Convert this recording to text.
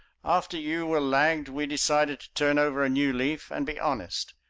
after you were lagged we decided to turn over a new leaf and be honest.